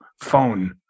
phone